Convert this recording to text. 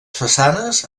façanes